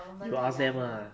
you ask them ah